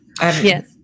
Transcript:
Yes